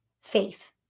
faith